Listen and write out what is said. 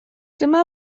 dyma